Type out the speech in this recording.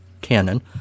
cannon